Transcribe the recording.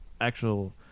actual